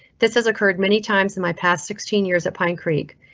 this has occured many times in my past sixteen years at pine creek.